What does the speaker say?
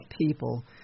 people